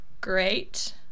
great